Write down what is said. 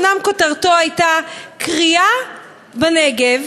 אומנם כותרתו הייתה: כרייה בנגב,